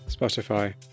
Spotify